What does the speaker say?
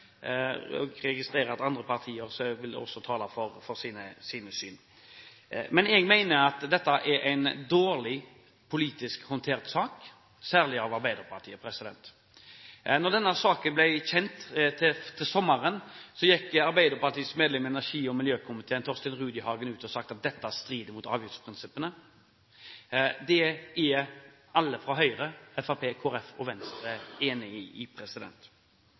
Jeg registrerer at andre partier også vil tale for sitt syn. Jeg mener at dette er en dårlig politisk håndtert sak, særlig av Arbeiderpartiet. Da denne saken ble kjent i sommer, gikk Arbeiderpartiets medlem i energi- og miljøkomiteen, Torstein Rudihagen, ut og sa at dette strider mot avgiftsprinsippene. Det er alle fra Høyre, Fremskrittspartiet, Kristelig Folkeparti og Venstre enig i.